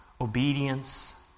obedience